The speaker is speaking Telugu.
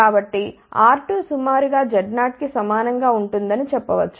కాబట్టి R2 సుమారుగా Z0 కి సమానం గా ఉంటుందని చెప్పవచ్చు